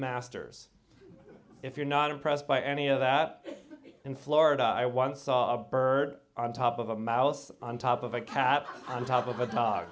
masters if you're not impressed by any of that in florida i once saw a bird on top of a mouse on top of a cap on top of a